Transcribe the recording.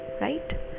right